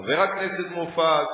חבר הכנסת מופז,